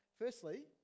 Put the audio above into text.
Firstly